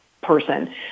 person